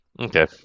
Okay